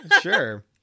sure